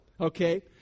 okay